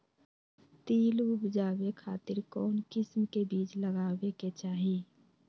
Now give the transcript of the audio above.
तिल उबजाबे खातिर कौन किस्म के बीज लगावे के चाही?